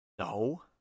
no